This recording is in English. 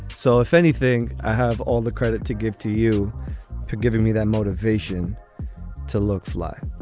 so if anything, i have all the credit to give to you for giving me that motivation to look fly